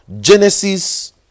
Genesis